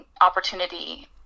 opportunity